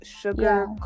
sugar